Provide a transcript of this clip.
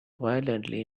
violently